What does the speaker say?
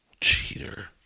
Cheater